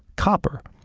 copper,